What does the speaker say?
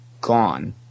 gone